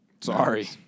Sorry